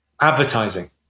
advertising